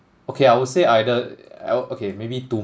okay I would say either I okay maybe two